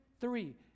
three